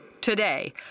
today